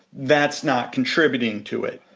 that's not contributing to it,